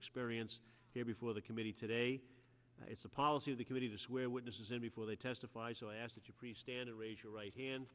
experience here before the committee today it's a policy of the committee to swear witnesses in before they testify so i ask that you pre standard raise your right hand